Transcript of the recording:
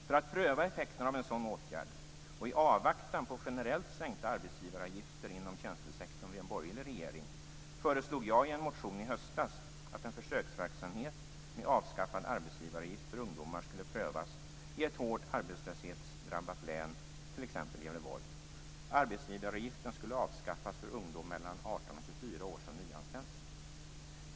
För att pröva effekterna av en sådan åtgärd, och i avvaktan på generellt sänkta arbetsgivaravgifter inom tjänstesektorn vid en borgerlig regering, föreslog jag i en motion i höstas att en försöksverksamhet med avskaffad arbetsgivaravgift för ungdomar skulle prövas i ett hårt arbetslöshetsdrabbat län, t.ex. Gävleborg. Arbetsgivaravgiften skulle avskaffas för ungdom mellan 18 och 24 år som nyanställs.